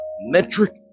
metric